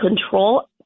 control